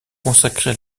consacrée